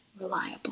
reliable